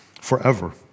forever